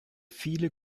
viele